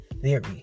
theory